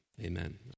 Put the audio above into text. amen